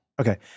Okay